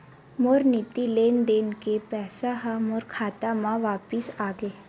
मोर निधि लेन देन के पैसा हा मोर खाता मा वापिस आ गे